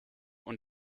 und